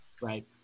right